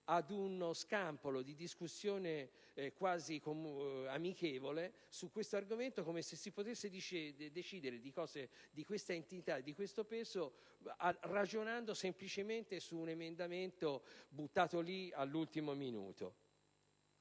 ad uno scampolo di discussione quasi amichevole su questo argomento, come se si potesse decidere di cose di queste entità e peso ragionando semplicemente su un emendamento presentato all'ultimo momento.